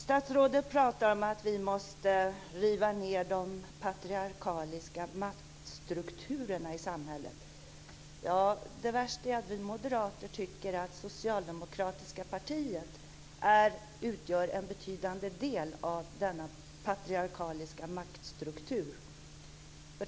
Statsrådet talar om att vi måste riva ned de patriarkaliska maktstrukturerna i samhället. Ja, det värsta är att vi moderater tycker att det socialdemokratiska partiet utgör en betydande del av denna patriarkaliska maktstruktur.